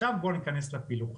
עכשיו ניכנס לפילוחים.